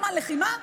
בזמן לחימה,